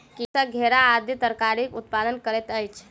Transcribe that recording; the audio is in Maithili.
कृषक घेरा आदि तरकारीक उत्पादन करैत अछि